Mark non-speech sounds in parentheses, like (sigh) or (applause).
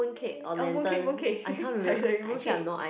(noise) orh mooncake mooncake (laughs) sorry sorry mooncake